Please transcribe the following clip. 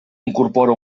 incorpora